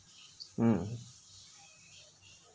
mm